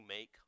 make